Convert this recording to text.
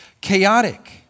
chaotic